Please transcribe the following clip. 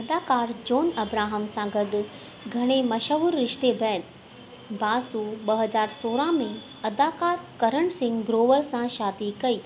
अदाकारु John Abraham सां गॾु घणे मशहूरु रिश्ते बैदि बासु ॿ हज़ा सोरहं में अदाकारु करण सिंह ग्रोवर सां शादी कई